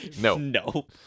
no